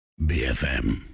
bfm